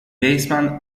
basemen